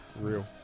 real